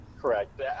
correct